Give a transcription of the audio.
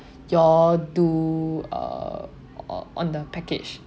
you all do uh on the package